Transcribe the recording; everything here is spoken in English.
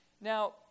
Now